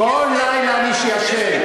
כל לילה אני ישן.